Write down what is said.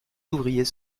ouvriers